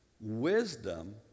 wisdom